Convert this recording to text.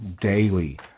daily